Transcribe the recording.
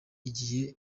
n’igihe